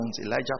Elijah